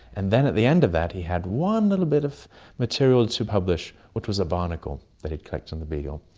and then at the end of that he had one little bit of material to publish which was a barnacle that he'd collected on the beagle.